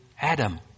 Adam